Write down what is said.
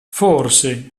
forse